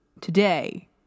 today